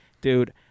dude